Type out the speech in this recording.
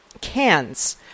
cans